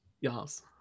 Yas